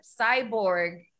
cyborg